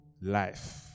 life